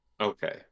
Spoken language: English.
okay